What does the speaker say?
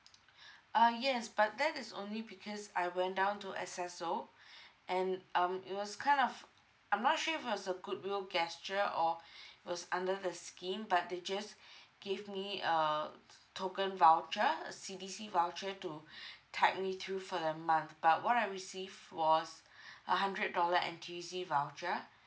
ah yes but that is only because I went down to S_S_O and um it was kind of I'm not sure if it was a goodwill gesture or it was under the scheme but they just gave me a t~ token voucher a C_D_C voucher to tide me through for the month but what I received was a hundred dollar N_T_U_C voucher